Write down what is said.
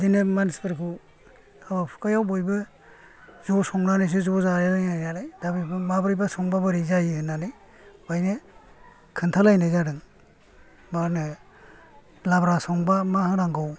बिदिनो मानसिफोरखौ हाबा हुखायाव बयबो ज' संनानैसो ज' जालाय लायनाय नालाय दा बेफोर माब्रैबा संबा बेरै जायो होनानै बाहायनो खोनथालायनाय जादों मा होनो लाब्रा संबा मा होनांगौ